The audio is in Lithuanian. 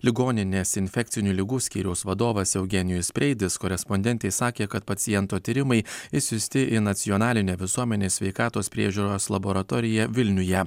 ligoninės infekcinių ligų skyriaus vadovas eugenijus preidis korespondentei sakė kad paciento tyrimai išsiųsti į nacionalinę visuomenės sveikatos priežiūros laboratoriją vilniuje